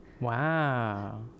Wow